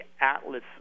Atlas